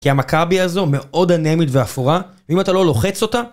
כי המכבי הזו מאוד אנמית ואפורה, ואם אתה לא לוחץ אותה...